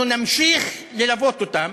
אנחנו נמשיך ללוות אותם